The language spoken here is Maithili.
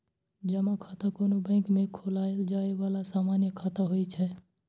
जमा खाता कोनो बैंक मे खोलाएल जाए बला सामान्य खाता होइ छै